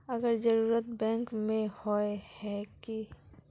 अगर जरूरत बैंक में होय है की?